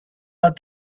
out